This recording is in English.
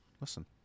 Listen